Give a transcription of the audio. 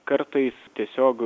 kartais tiesiog